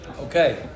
Okay